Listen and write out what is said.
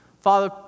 Father